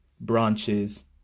branches